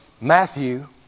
Matthew